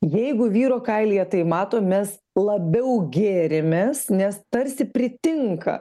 jeigu vyro kailyje tai matom mes labiau gėrimės nes tarsi pritinka